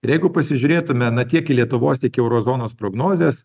ir jeigu pasižiūrėtume na tiek į lietuvos tiek į euro zonos prognozes